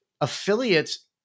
affiliates